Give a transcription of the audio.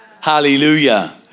Hallelujah